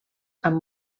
amb